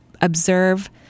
observe